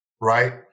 right